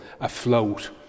afloat